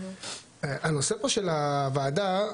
הנושא פה של הוועדה,